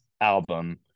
album